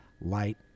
light